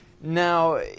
Now